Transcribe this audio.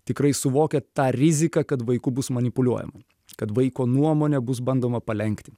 tikrai suvokia tą riziką kad vaiku bus manipuliuojama kad vaiko nuomonę bus bandoma palenkti